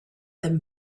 them